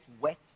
wet